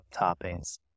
toppings